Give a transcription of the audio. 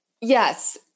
Yes